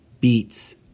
beats